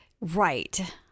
Right